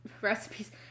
recipes